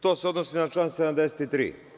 To se odnosi na član 73.